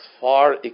far